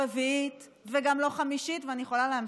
רביעית וגם לא חמישית ואני יכולה להמשיך,